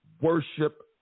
worship